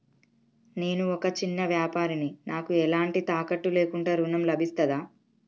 నేను ఒక చిన్న వ్యాపారిని నాకు ఎలాంటి తాకట్టు లేకుండా ఋణం లభిస్తదా?